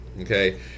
Okay